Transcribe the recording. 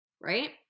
right